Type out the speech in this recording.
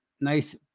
nice